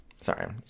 Sorry